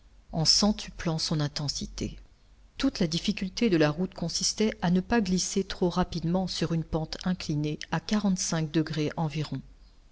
réfléchissait en centuplant son intensité toute la difficulté de la route consistait à ne pas glisser trop rapidement sur une pente inclinée à quarante-cinq degrés environ